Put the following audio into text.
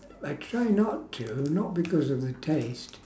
I try not to not because of the taste